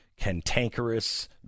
cantankerous